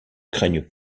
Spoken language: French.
craignent